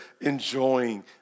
enjoying